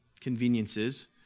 conveniences